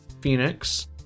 Phoenix